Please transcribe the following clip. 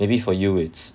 maybe for you it's